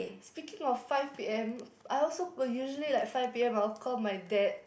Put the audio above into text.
Speaking of five P_M I also usually like five P_M I will call my dad